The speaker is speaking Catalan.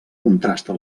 contrasta